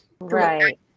Right